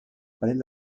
parell